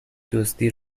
دزدی